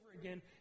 again